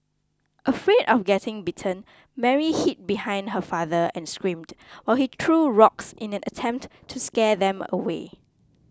afraid of getting bitten Mary hid behind her father and screamed while he threw rocks in an attempt to scare them away